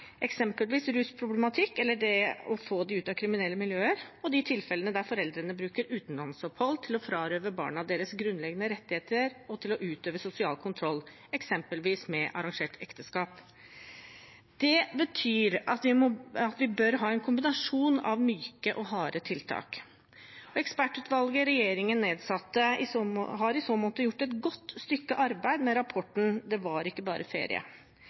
de tilfellene der foreldrene bruker utenlandsopphold til å frarøve barna deres grunnleggende rettigheter og til å utøve sosial kontroll, eksempelvis med arrangert ekteskap. Det betyr at vi bør ha en kombinasjon av myke og harde tiltak. Ekspertutvalget regjeringen nedsatte, har i så måte gjort et godt stykke arbeid med rapporten «Det var ikke bare ferie».